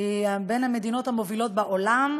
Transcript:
היא בין המדינות המובילות בעולם,